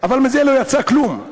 אבל לא יצא מזה כלום.